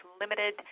limited